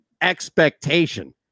expectation